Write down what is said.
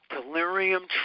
Delirium